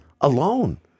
alone